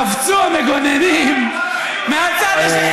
נכנס לתוך המים הקרים של הירדן,